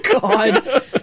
God